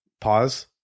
Pause